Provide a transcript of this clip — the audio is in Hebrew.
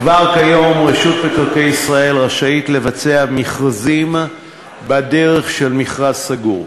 כבר כיום רשות מקרקעי ישראל רשאית לבצע מכרזים בדרך של מכרז סגור.